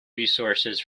resources